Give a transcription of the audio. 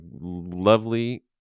lovely